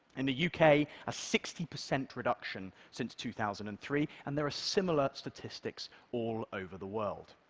and the u k, a sixty percent reduction since two thousand and three, and there are similar statistics all over the world.